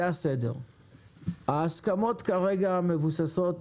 ההסכמות כרגע מבוססות